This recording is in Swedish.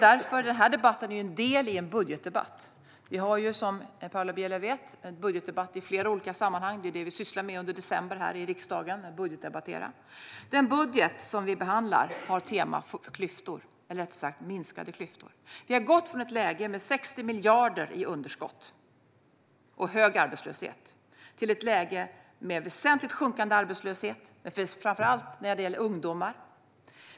Denna debatt är en del av en budgetdebatt. Som Paula Bieler vet har vi budgetdebatter i flera olika sammanhang. Att budgetdebattera är vad vi sysslar med under december i riksdagen. Den budget som vi behandlar har temat klyftor, eller rättare sagt minskade klyftor. Vi har gått från ett läge med 60 miljarder i underskott och hög arbetslöshet till ett läge med väsentligt sjunkande arbetslöshet, framför allt bland ungdomar.